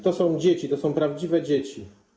To są dzieci, to są prawdziwe dzieci.